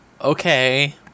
okay